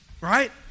right